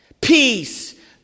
Peace